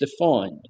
defined